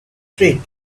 teeth